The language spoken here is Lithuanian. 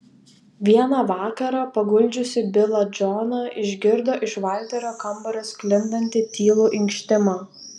vieną vakarą paguldžiusi bilą džoną išgirdo iš valterio kambario sklindantį tylų inkštimą